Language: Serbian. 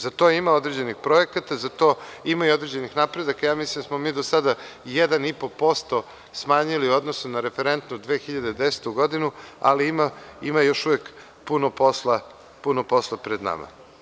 Za to ima određenih projekata, napredaka, a ja mislim da smo mi do sada 1,5% smanjili u odnosu na referentnu 2010. godinu, ali ima još uvek puno posla pred nama.